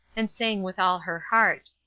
and sang with all her heart.